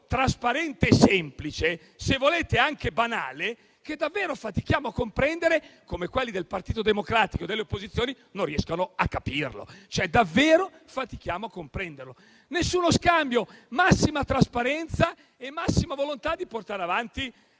trasparente, semplice e se volete anche banale, che davvero fatichiamo a comprendere come quelli del Partito Democratico e delle opposizioni non riescano a capirlo. Davvero fatichiamo a comprenderlo. Nessuno scambio, massima trasparenza e massima volontà di portare avanti